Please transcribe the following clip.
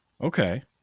Okay